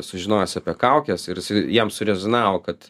sužinojęs apie kaukes ir jam surezonavo kad